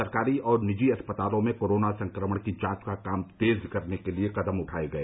सरकारी और निजी अस्पतालों में कोरोना संक्रमण की जांच का काम तेज करने के लिए कदम उठाए गए